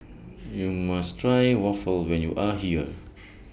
YOU must Try Waffle when YOU Are here